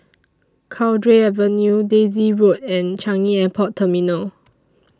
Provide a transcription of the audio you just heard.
Cowdray Avenue Daisy Road and Changi Airport Terminal